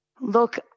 Look